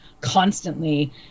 constantly